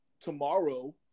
tomorrow